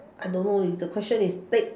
I don't know leh is the question is take